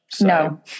no